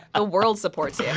ah world supports yeah